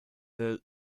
the